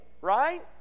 right